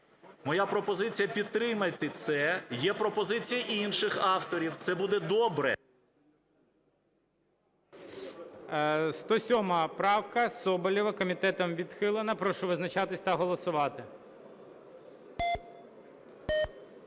Моя пропозиція підтримайте це. Є пропозиція інших авторів, це буде добре. ГОЛОВУЮЧИЙ. 107 правка Соболєва. Комітетом відхилена. Прошу визначатись та голосувати.